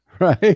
right